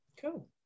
Cool